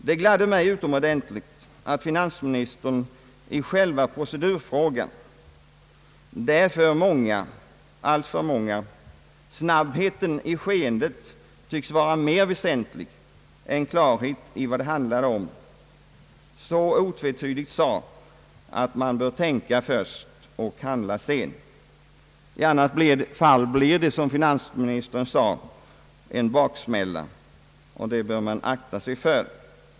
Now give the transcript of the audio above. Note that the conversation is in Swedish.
Det gladde mig utomordentligt att finansministern i själva procedurfrågan, där för många, alltför många, snabbheten i skeendet tycks vara väsentligare än klarhet i vad det handlar om, så otvetydigt sade att man bör tänka först och handla sedan. I annat fall blir det, som finansministern sade, en baksmälla, och det bör man akta sig för.